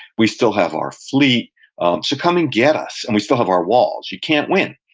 we still have our fleet to come and get us, and we still have our walls you can't win.